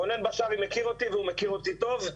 רונן בשארי מכיר אותי והוא מכיר אותי טוב,